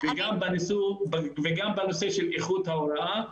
בנושא של איכות ההוראה,